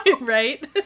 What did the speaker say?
right